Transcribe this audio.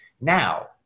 now